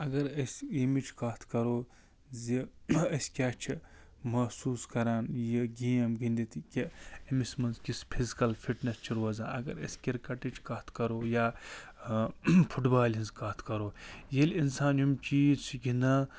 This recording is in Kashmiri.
اگر أسۍ ییٚمِچ کَتھ کَرو زِ أسۍ کیٛاہ چھِ محسوٗس کَران یہِ گیٚم گِنٛدِتھ کہِ أمِس منٛز کِس فزیکل فِٹنٮ۪س چھِ روزان اگر أسۍ کرکٹٕچ کتھ کَرو یا فُٹ بالہِ ہٕنٛز کَتھ کَرو ییٚلہِ اِنسان یِم چیٖز چھِ گِنٛدان